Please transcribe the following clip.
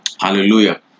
Hallelujah